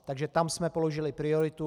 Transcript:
Takže tam jsme položili prioritu.